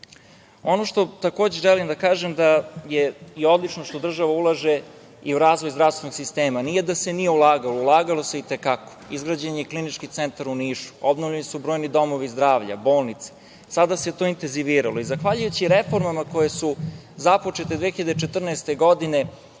EU.Ono što takođe želim da kažem je da je odlično što država ulaže i u razvoj zdravstvenog sistema. Nije da se nije ulagalo, ulagalo se i te kako. Izgrađen je Klinički centar u Nišu, obnovljeni su brojni domovi zdravlja, bolnice. Sada se to intenziviralo i zahvaljujući reformama koje su započete 2014. godine